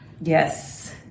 Yes